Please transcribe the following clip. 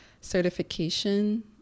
certification